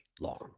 long